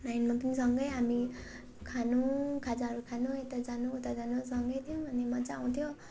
नाइनमा पु सँगै हामी खानु खाजाहरू खानु यता जानु उता जानु सँगै थियौँ अनि मजा आउँथ्यो